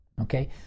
okay